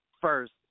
first